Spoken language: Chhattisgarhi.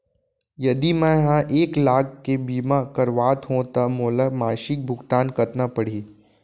यदि मैं ह एक लाख के बीमा करवात हो त मोला मासिक भुगतान कतना पड़ही?